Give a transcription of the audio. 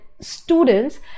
students